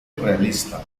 realista